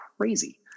crazy